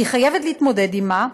שהיא חייבת להתמודד עמה,